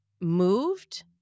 moved